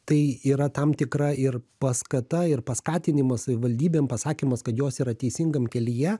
tai yra tam tikra ir paskata ir paskatinimas savivaldybėm pasakymas kad jos yra teisingam kelyje